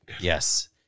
yes